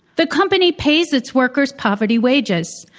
the company pays its workers poverty wages.